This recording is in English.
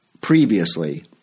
previously